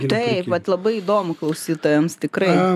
taip vat labai įdomu klausytojams tikrai